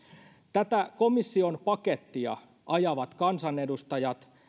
tätä komission pakettia ajavat kansanedustajat